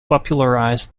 popularized